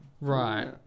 Right